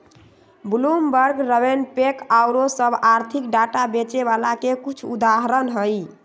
Bloomberg, RavenPack आउरो सभ आर्थिक डाटा बेचे बला के कुछ उदाहरण हइ